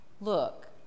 Look